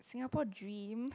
Singapore dream